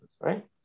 right